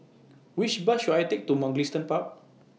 Which Bus should I Take to Mugliston Park